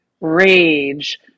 rage